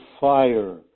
fire